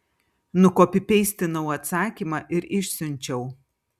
nukopipeistinau atsakymą ir išsiunčiau